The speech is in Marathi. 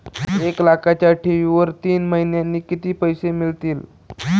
एक लाखाच्या ठेवीवर तीन महिन्यांनी किती पैसे मिळतील?